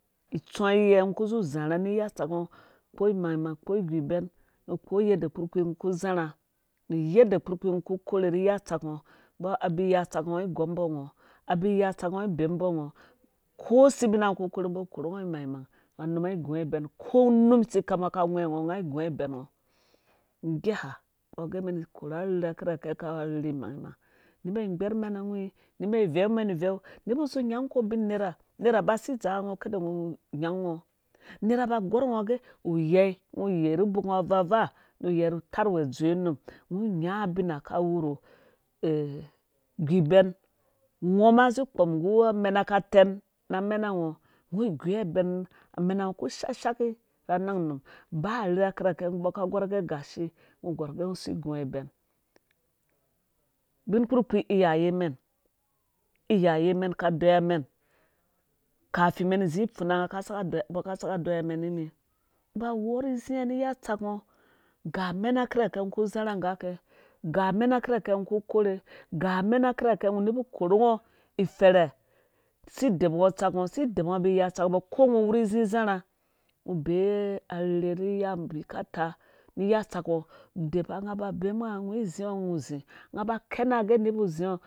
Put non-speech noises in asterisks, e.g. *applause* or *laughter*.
Isuwa yiyɛngɔ kuzi zharha ni iya tsak ngɔ kpo imangmang kpo igu bɛn nu kpo ydda kpurkpii ngo ku zharha nu yadda kpurkpii ngɔ ku korh ni iya tsak ngo mbɔ abi iya tsak ngɔ ai gɔm mbɔ ngɔ abi iya tsak ngɔ ai gom mbɔ ngɔ abi iya tsakngɔ ai bema mbɔ ngɔ ko sebina ngɔ ku korhe ba korha imangmang nga num ai gua ibɛn ko num tsi kum nga ka ngwhɛ ngɔ nga gua ibɛn ngɔ nggeha mbɔ gɛ mɛn korha arherha kirakɛ kawe rherhe mangmang neba gbɛrmɛn awhi neba veu mɛn iveu nebu zi nyako ubin nerha nerha ba si dzaa nga ngo kada ngop nyangu ngɔ nerha ba gorh ngɔ ahɛ uyɛi ngo yerhu bok nga avaa vaa nu uyɛi rhu tarh uwɛ dzowe num ngɔ nyango ubin kawu *hesitation* gubɛn ngɔ mazi kpɔm nggu amena ka tɛm na mena ngɔ ngɔ gungɔ ibɛn amena ngo ku shashaki na nang num ba rherha kirhake mbɔ ka gorh gɛ gashi ngɔ gɔr gɛ si gungo ibɛn bin kpurkpii iyaye mɛn iyaye mɛn ka deyiwa mɛn kafe mɛn zipfuna nga mbɔ ka saka deyiwa mɛn nimi ba wurhi zingɔ ni iya tsak ngɔ ga amena kirhake ngɔ ku korhe ga amena kirhakɛ nobukorhe ngɔ iferha si depu ngɔ tsaka ngɔ si depu ngɔ abi iyu tsak ngɔ ko ngɔ wurhi zi zharha ngɔ depa nga bemu nga ngɔ zingɔ ngɔ zi nga ba kena gɛ. nebu zingɔ